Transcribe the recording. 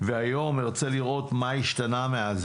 והיום ארצה לראות מה השתנה מאז,